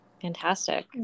Fantastic